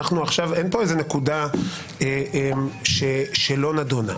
אין פה איזה נקודה שלא נדונה,